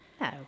No